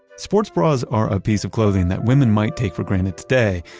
sports bras are a piece of clothing that women might take for granted today,